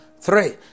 Three